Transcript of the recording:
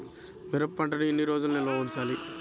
మిరప పంటను ఎన్ని రోజులు నిల్వ ఉంచాలి?